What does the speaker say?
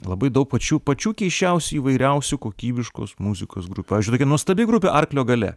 labai daug pačių pačių keisčiausių įvairiausių kokybiškos muzikos gru pavyzdžiui tokia nuostabi grupė arklio galia